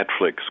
netflix